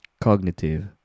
cognitive